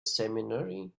seminary